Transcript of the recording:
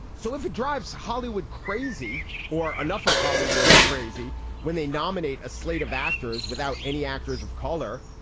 so if it drives hollywood crazy or enough of hollywood crazy when they nominate a slate of actors without any actors of color,